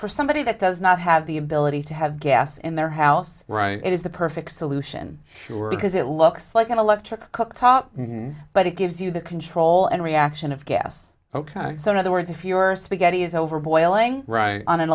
for somebody that does not have the ability to have gas in their house right it is the perfect solution sure because it looks like an electric cooktop in but it gives you the control and reaction of gas ok so in other words if you are spaghetti is over boiling right on an